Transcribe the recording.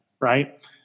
Right